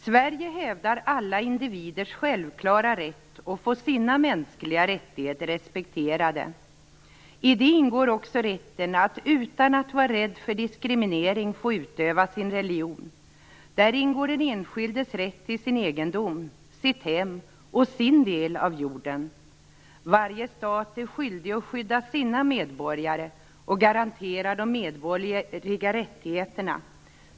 Sverige hävdar alla individers självklara rätt att få sina mänskliga rättigheter respekterade. I det ingår också rätten att utan risk för diskriminering få utöva sin religion. Där ingår den enskildes rätt till sin egendom, sitt hem och sin del av jorden. Varje stat är skyldig att skydda sina medborgare och garantera de medborgerliga rättigheterna.